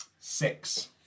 Six